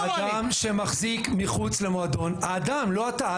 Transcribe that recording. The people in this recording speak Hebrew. אדם שמחזיק מחוץ למועדון - האדם, לא אתה.